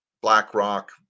BlackRock